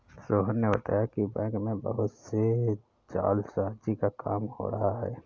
सोहन ने बताया कि बैंक में बहुत से जालसाजी का काम हो रहा है